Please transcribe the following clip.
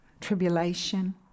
tribulation